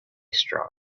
strong